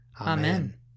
Amen